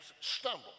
stumble